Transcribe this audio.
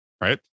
right